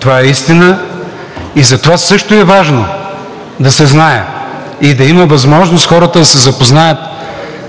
Това е истина. Затова също е важно да се знае и да има възможност хората да се запознаят